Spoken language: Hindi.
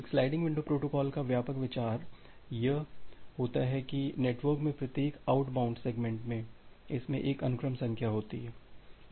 एक स्लाइडिंग विंडो प्रोटोकॉल का व्यापक विचार इस प्रकार है कि नेटवर्क में प्रत्येक आउटबाउंड सेगमेंट में इसमें एक अनुक्रम संख्या होती है